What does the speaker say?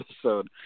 episode